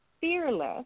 Fearless